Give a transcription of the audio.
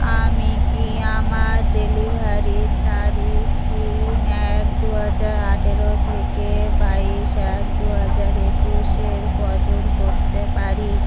আমি কি আমার ডেলিভারির তারিখ তিন এক দু হাজার আঠেরো থেকে বাইশ এক দু হাজার একুশের বদল করতে পারি